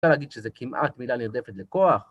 אפשר להגיד שזה כמעט מילה נרדפת לכוח.